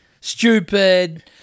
stupid